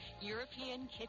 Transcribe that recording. European